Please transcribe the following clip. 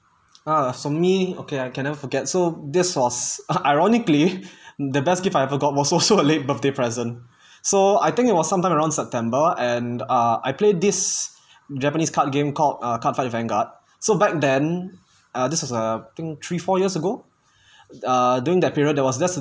ah for me okay I can never forget so this was ironically the best gift I ever got was also a late birthday present so I think it was some time around september and ah I played this japanese card game called uh cardfight in vanguard so back then uh this is uh think three-four years ago uh during that period there was this